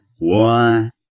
One